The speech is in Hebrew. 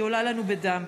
היא עולה לנו בדם.